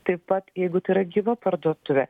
taip pat jeigu tai yra gyva parduotuvė